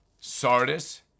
Sardis